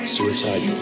Suicide